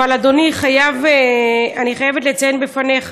אבל אדוני, אני חייבת לציין בפניך